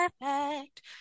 Perfect